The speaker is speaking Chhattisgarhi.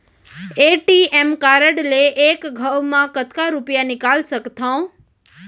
ए.टी.एम कारड ले एक घव म कतका रुपिया निकाल सकथव?